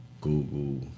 Google